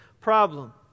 problem